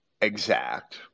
exact